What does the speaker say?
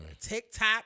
TikTok